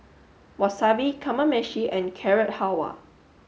Wasabi Kamameshi and Carrot Halwa